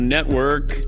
Network